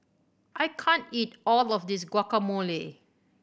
I can't eat all of this Guacamole